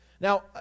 now